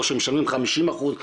או שמשלמים 50 אחוז,